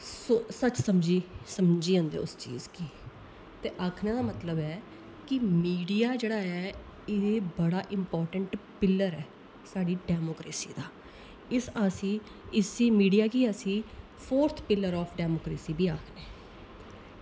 सो सच्च समझी समझी जंदे उस चीज कि ते आक्खने दा मतलव ऐ कि मीडिया जेह्ड़ा एह्दे बड़ा इम्पोर्टेन्ट पिल्लर ऐ साढ़ी डैमोक्रेसी दा इस आसी इस्सी मीडिया कि असी फोर्थ पिल्लर आफ डैमोक्रेसी बी आक्खने